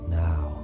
now